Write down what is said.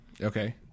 Okay